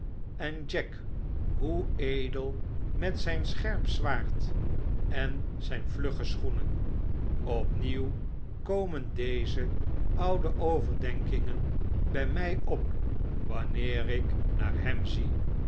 en jack hoe edel met zijn scherp zwaard en zijn vlugge schoenen opnieuw komen deze oude overdenkingen by my op wanneer ik naar hem zie